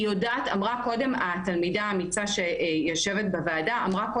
אמרה קודם התלמידה האמיצה שיושבת בוועדה,